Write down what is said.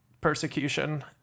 persecution